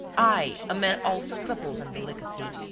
i, a man all scruples and delicacy.